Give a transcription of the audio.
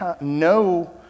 no